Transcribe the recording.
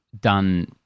done